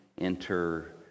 enter